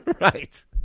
Right